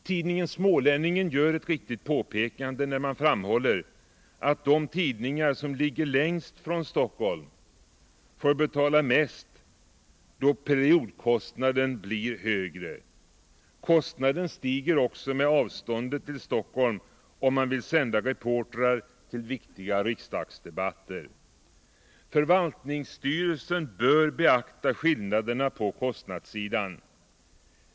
Tidningen Smålänningen gör ett riktigt påpekande, när den framhåller att de tidningar som ligger längst från Stockholm får betala mest, då periodkostnaden blir högre. Kostnaden stiger också med avståndet till Stockholm, om man vill sända reportrar till viktiga riksdagsdebatter. Förvaltningsstyrelsen bör beakta skillnaderna på kostnadssidan.